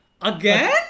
Again